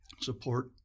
support